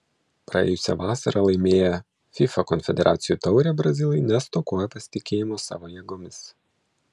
praėjusią vasarą laimėję fifa konfederacijų taurę brazilai nestokoja pasitikėjimo savo jėgomis